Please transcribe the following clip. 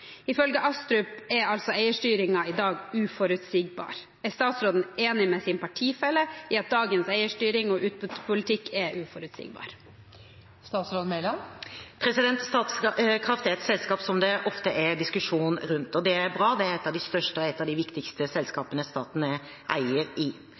Ifølge Astrup er altså eierstyringen i dag uforutsigbar. Er statsråden enig med sin partifelle i at dagens eierstyring og utbyttepolitikk er uforutsigbar?» Statkraft er et selskap som det ofte er diskusjon rundt, og det er bra. Det er et av de største og viktigste selskapene staten er eier i.